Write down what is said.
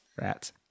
Rats